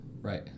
right